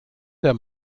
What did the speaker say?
der